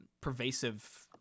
pervasive